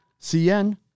CN